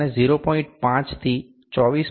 અને 0